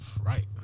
Right